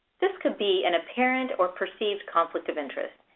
this could be an apparent or perceived conflict of interest.